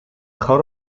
coat